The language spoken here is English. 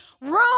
room